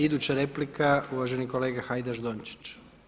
Iduća replika uvaženi kolega Hajdaš Dončić.